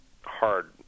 hard